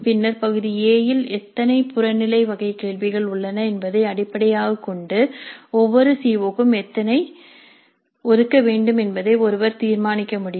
பின்னர் பகுதி A இல் எத்தனை புறநிலை வகை கேள்விகள் உள்ளன என்பதை அடிப்படையாகக் கொண்டு ஒவ்வொரு சி ஓ க்கும் எத்தனை ஒதுக்க வேண்டும் என்பதை ஒருவர் தீர்மானிக்க முடியும்